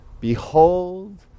Behold